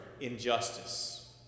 injustice